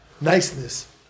niceness